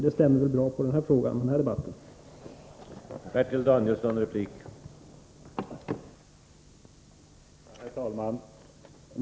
Det stämmer väl bra på den här frågan och Magnus Perssons försvar för sina ställningstaganden.